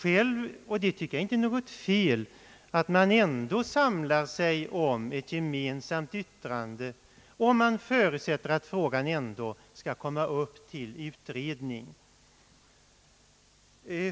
Jag tycker inte det är något fel att man ändå samlar sig kring ett gemensamt yttrande om man förutsätter att frågan ändå skall komma upp till utredning.